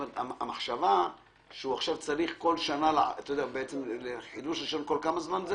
המחשבה שהוא עכשיו צריך בכל שנה בכל כמה זמן זה